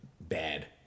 bad